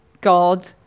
God